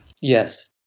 Yes